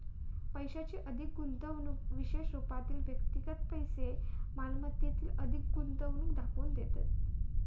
पैशाची अधिक गुंतवणूक विशेष रूपातले व्यक्तिगत पैशै मालमत्तेतील अधिक गुंतवणूक दाखवून देतत